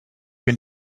can